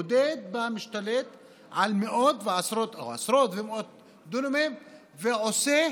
בודד המשתלט על עשרות דונמים ועושה